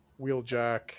Wheeljack